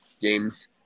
games